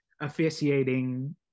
officiating